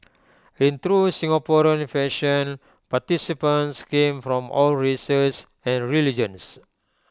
in true Singaporean fashion participants came from all races and religions